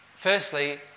Firstly